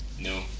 No